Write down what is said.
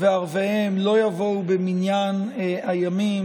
וערביהם לא יבואו במניין הימים,